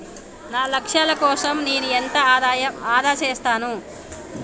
నా లక్ష్యాల కోసం నేను ఎంత ఆదా చేస్తాను?